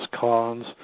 cons